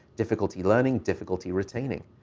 difficulty learning, difficulty retaining.